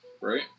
right